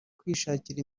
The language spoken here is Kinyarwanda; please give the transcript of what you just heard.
kwishakira